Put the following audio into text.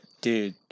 dude